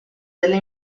delle